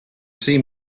see